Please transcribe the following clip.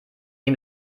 ihm